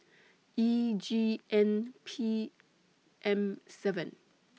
E G N P M seven